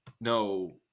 no